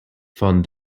from